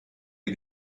wir